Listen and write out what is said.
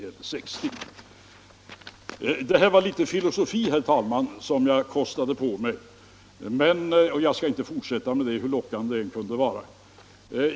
18 november 1975 Detta var litet filosofi, herr talman, som jag kostade på mig men jag LL skall inte fortsätta med det, hur lockande det än kunde vara.